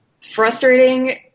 frustrating